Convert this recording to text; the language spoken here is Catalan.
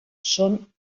són